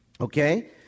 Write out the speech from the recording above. Okay